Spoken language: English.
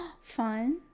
fun